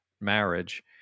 marriage